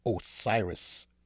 Osiris